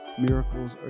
miracles